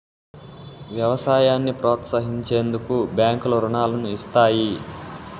వ్యవసాయాన్ని ప్రోత్సహించేందుకు బ్యాంకులు రుణాలను ఇస్తాయి